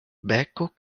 beko